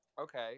Okay